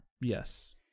Yes